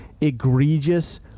egregious